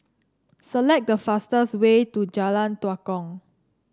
select the fastest way to Jalan Tua Kong